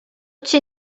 cię